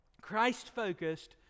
Christ-focused